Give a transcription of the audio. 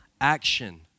action